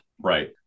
Right